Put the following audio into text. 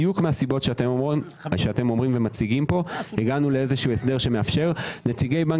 בדיוק מהסיבות שאתם מציגים פה הגענו להסדר שמאפשר נציגי בנק